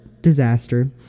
disaster